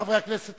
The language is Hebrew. חברי הכנסת,